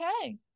Okay